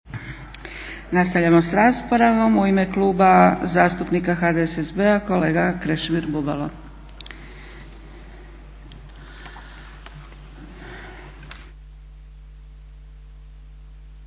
Nastavljamo s raspravom. U ime Kluba zastupnika HDSSB-a kolega Krešimir Bubalo.